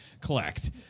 collect